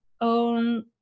own